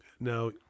Now